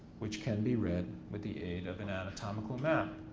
which can be read with the aid of an anatomical map.